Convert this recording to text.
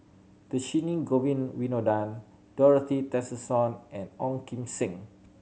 Dhershini Govin Winodan Dorothy Tessensohn and Ong Kim Seng